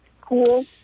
Cool